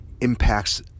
impacts